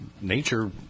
Nature